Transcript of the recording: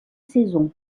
saisons